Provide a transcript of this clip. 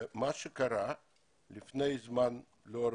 מה שקרה זה שלפני זמן לא רב,